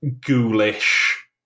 ghoulish